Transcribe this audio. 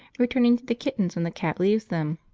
returning to the kittens when the cat leaves them.